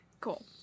Cool